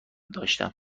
داشتم